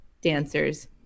dancers